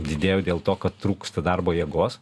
didėjo dėl to kad trūksta darbo jėgos